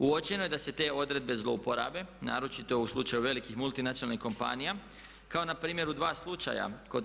Uočeno je da se te odredbe zlouporabe naročito u slučaju velikih multinacionalnih kompanija kao na primjer u dva slučaja.